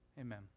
Amen